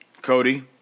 Cody